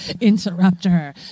Interrupter